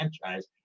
franchise